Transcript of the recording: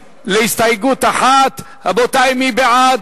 הסתייגות מס' 1. רבותי, מי בעד?